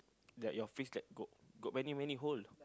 that your face like got got many many hole